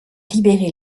libérer